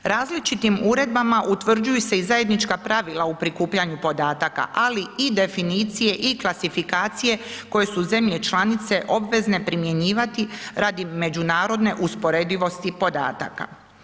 Različitim uredbama utvrđuju se i zajednička pravila u prikupljanju podataka, ali i definicije i klasifikacije koje su zemlje članice obvezne primjenjivati radi međunarodne usporedivosti podataka.